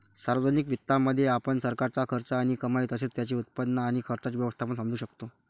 सार्वजनिक वित्तामध्ये, आपण सरकारचा खर्च आणि कमाई तसेच त्याचे उत्पन्न आणि खर्चाचे व्यवस्थापन समजू शकतो